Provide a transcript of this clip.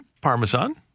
parmesan